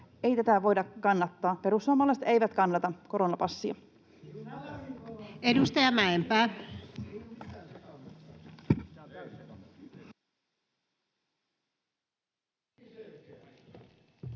ei tätä voida kannattaa. Perussuomalaiset eivät kannata koronapassia. [Jussi Saramo: